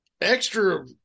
extra